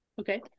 okay